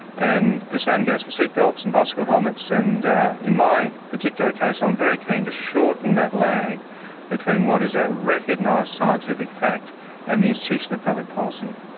and the same goes for seatbelts and bicycle helmets. and in my particular case, i'm very keen to shorten that lag between what is a recognised scientific fact and the institution of public policy.